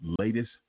latest